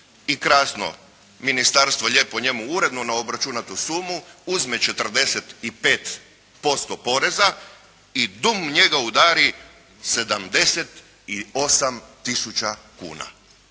i krasno, ministarstvo lijepo njemu uredno na obračunatu sumu uzme 45% poreza i dum njega udari 78 tisuća kuna.